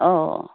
অঁ